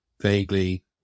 vaguely